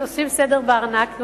עושים סדר בארנק,